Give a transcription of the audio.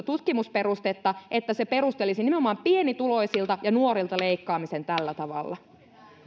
tutkimusperustetta että se perustelisi nimenomaan pienituloisilta ja nuorilta leikkaamisen tällä tavalla